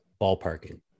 ballparking